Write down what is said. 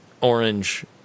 orange